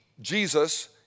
Jesus